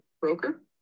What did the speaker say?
broker